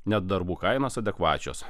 net darbų kainos adekvačios